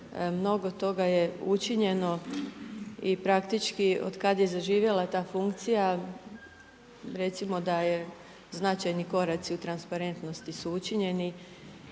mnogo toga je učinjeno i praktički otkad je zaživjela ta funkcija recimo da je značajni koraci u transparentnosti su učinjeni.